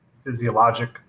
Physiologic